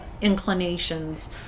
inclinations